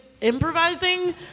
improvising